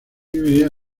viviría